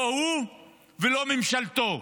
לא הוא ולא ממשלתו.